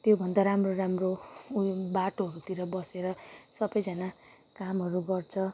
त्योभन्दा राम्रो राम्रो उयो बाटोहरूतिर बसेर सबैजाना कामहरू गर्छ